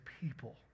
people